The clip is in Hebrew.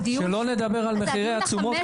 שלא לדבר על מחירי התשומות.